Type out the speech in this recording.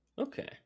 Okay